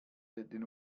den